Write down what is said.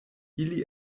ili